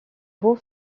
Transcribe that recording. beau